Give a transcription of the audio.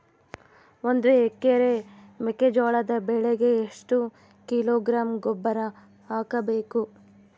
ಒಂದು ಎಕರೆ ಮೆಕ್ಕೆಜೋಳದ ಬೆಳೆಗೆ ಎಷ್ಟು ಕಿಲೋಗ್ರಾಂ ಗೊಬ್ಬರ ಹಾಕಬೇಕು?